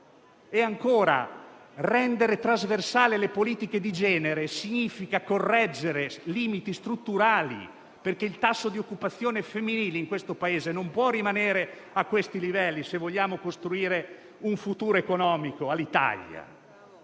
mondo. Rendere trasversali le politiche di genere significa correggere limiti strutturali, perché il tasso di occupazione femminile in questo Paese non può rimanere a questi livelli, se vogliamo costruire un futuro economico all'Italia.